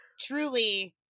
truly